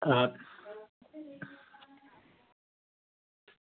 हां